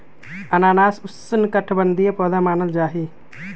अनानास उष्णकटिबंधीय पौधा मानल जाहई